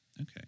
Okay